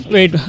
Wait